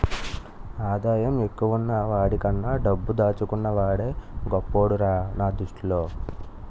ఆదాయం ఎక్కువున్న వాడికన్నా డబ్బు దాచుకున్న వాడే గొప్పోడురా నా దృష్టిలో